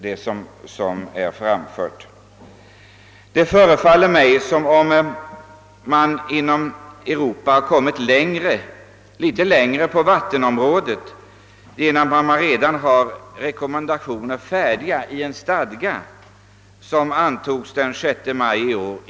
Det förefaller mig som om man i Europa kommit något längre än världen i Övrigt på vattenområdet genom att det redan finns rekommendationer färdiga i en stadga, som antogs i Europa rådet den 6 maj i år.